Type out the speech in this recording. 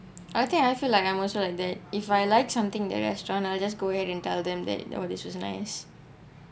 I think I feel like I wasn't like that if I like something in the restaurant I just go ahead and tell them that you know this was nice